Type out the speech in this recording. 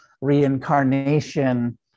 reincarnation